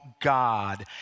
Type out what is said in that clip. God